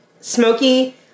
smoky